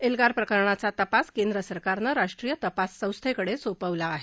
एल्गार प्रकरणाचा तपास केंद्र सरकारनं राष्ट्रीय तपास संस्थेकडे सोपवला आहे